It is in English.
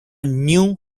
new